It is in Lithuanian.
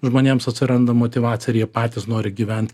žmonėms atsiranda motyvacija ir jie patys nori gyvent